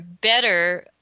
better